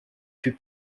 fut